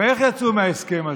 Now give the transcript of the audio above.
הרי איך יצאו מההסכם הזה,